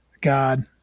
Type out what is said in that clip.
God